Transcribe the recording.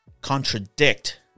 contradict